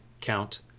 count